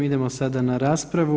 Idemo sada na raspravu.